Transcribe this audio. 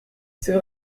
c’est